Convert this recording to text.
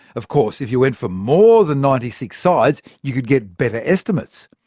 of course, if you went for more than ninety six sides, you could get better estimates.